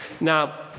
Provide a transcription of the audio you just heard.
Now